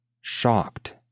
shocked